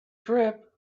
trip